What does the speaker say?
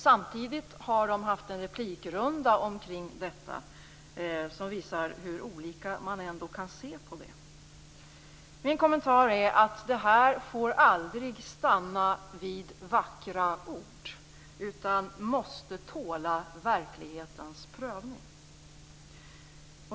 Samtidigt har deras replikrunda om detta visat hur olika man ändå kan se på saken. Min kommentar är att detta aldrig får stanna vid vackra ord utan måste tåla verklighetens prövning.